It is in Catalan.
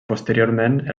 posteriorment